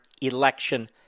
election